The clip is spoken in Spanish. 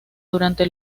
durante